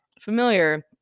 familiar